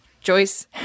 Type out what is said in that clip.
Joyce